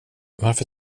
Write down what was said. varför